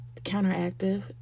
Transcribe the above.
counteractive